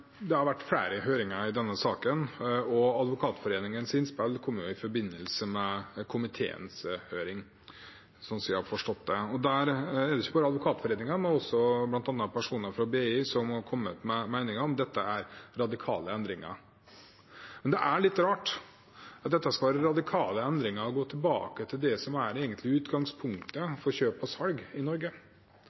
Det har vært flere høringer i denne saken, og Advokatforeningens innspill kom i forbindelse med komiteens høring, slik jeg har forstått det. Det er ikke bare Advokatforeningen, men også bl.a. personer fra BI som har kommet med meninger om at dette er radikale endringer. Det er litt rart at det skal være radikale endringer å gå tilbake til det som er det egentlige utgangspunktet for kjøp og salg i Norge.